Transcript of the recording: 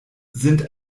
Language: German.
sind